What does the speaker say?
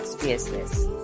business